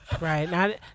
Right